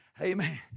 Amen